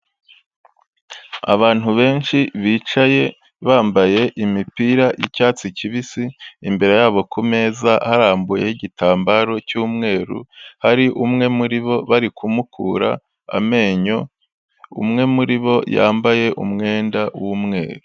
Abantu benshi bicaye bambaye imipira y'icyatsi kibisi, imbere yabo kumeza harambuyeho igitambaro cy'umweru, hari umwe muri bo bari kumukura amenyo, umwe muri bo yambaye umwenda w'umweru.